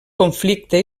conflicte